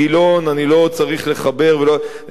"ייתנו,